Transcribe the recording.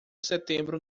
setembro